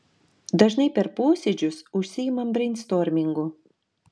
dažnai per posėdžius užsiimam breinstormingu